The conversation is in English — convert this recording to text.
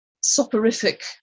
soporific